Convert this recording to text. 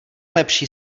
lepší